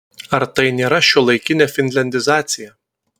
ar tai nėra šiuolaikinė finliandizacija